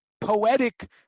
poetic